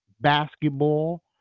basketball